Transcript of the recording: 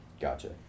Gotcha